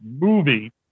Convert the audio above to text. movie